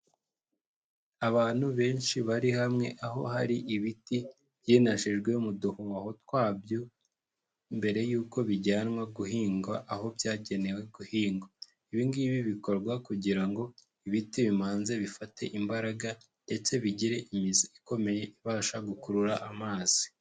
Abantu benshi bari hamwe, aho hari ibiti byinajijwe mu duhoho twabyo mbere y'uko bijyanwa guhingwa, aho byagenewe guhingwa ibi ngibi bikorwa kugira ngo ibiti bimanze bifate imbaraga ndetse bigire imizi ikomeye ibasha gukurura amazi.